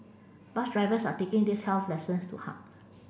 bus drivers are taking these health lessons to heart